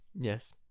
Yes